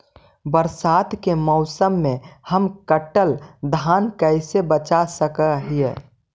बरसात के मौसम में हम कटल धान कैसे बचा सक हिय?